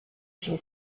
she